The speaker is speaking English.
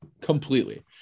completely